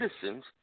citizens